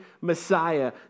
Messiah